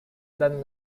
dan